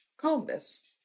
calmness